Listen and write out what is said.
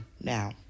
now